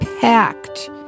packed